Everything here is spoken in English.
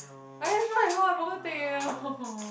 I have one as well I forgot to take eh !huh! !huh! !huh!